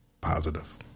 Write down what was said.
positive